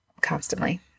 constantly